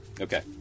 Okay